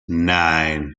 nine